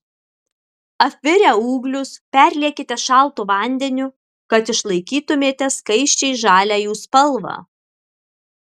apvirę ūglius perliekite šaltu vandeniu kad išlaikytumėte skaisčiai žalią jų spalvą